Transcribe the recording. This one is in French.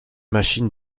machine